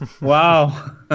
Wow